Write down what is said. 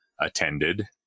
attended